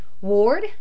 Ward